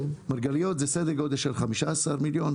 מרגליות זה סדר גודל של 15 מיליון.